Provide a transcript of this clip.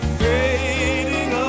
fading